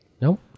Nope